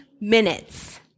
minutes